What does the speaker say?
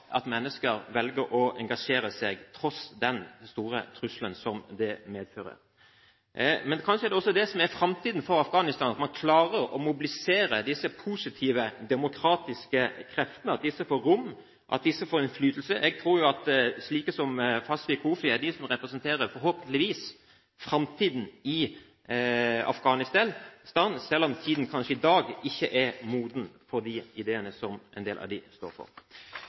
at mennesker velger å engasjere seg, tross den store trusselen som det medfører. Men kanskje er det det som er framtiden for Afghanistan, at man klarer å mobilisere disse positive, demokratiske kreftene, at disse får rom, får innflytelse. Jeg tror at det er slike som Fawzia Koofi som er de som forhåpentligvis representerer framtiden i Afghanistan, selv om tiden kanskje ikke er moden for de ideene som en del av disse står for. Utenriksministeren pekte på tre utfordringer i sin redegjørelse; for det første sikkerhet, for